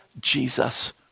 Jesus